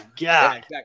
God